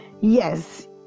yes